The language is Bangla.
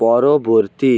পরবর্তী